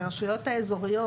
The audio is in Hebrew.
לרשויות האזוריות,